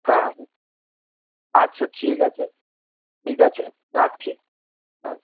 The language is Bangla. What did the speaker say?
হ্যাঁ হ্যাঁ আচ্ছা ঠিক আছে ঠিক আছে রাখছি হ্যাঁ